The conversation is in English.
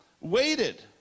waited